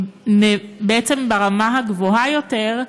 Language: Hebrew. ברמה הגבוהה יותר,